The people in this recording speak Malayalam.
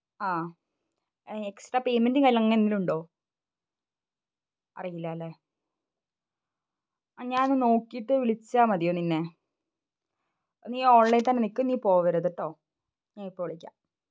ആ എക്സ്ട്രാ പേയ്മെൻ്റും അങ്ങനെ എന്തെങ്കിലും ഉണ്ടോ അറിയില്ല അല്ലേ ഞാൻ ഒന്ന് നോക്കിയിട്ട് വിളിച്ചാൽ മതിയോ നിന്നെ നീ ഓൺലൈനിൽ തന്നെ നിൽക്കുക നീ പോവരുത് കേട്ടോ ഞാൻ ഇപ്പം വിളിക്കാം